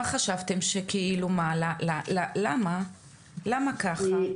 מה חשבתם שכאילו מה, למה ככה?